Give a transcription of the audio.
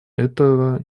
этого